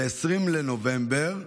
ב-20 בנובמבר,